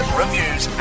reviews